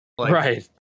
Right